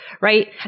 right